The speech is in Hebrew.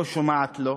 לא שומעת לו.